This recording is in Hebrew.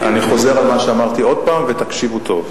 אני חוזר על מה שאמרתי עוד פעם, ותקשיבו טוב.